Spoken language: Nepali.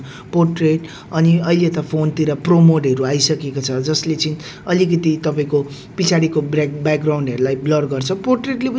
राफ्टिङ गरी सकेपश्चात् चाहिँ हामी त्यहाँदेखि एक दुई जग्गा घुम्यौँ त्यहाँदेखि चाहिँ हामी वाटरफल झर्ना